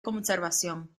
conservación